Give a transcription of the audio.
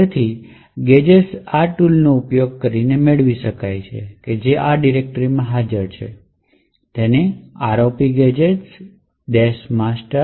તેથી ગેજેટ્સ આ ટૂલનો ઉપયોગ કરીને મેળવી શકાય છે જે આ ડિરેક્ટરીમાં હાજર છે તે ROPGadget master